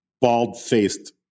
bald-faced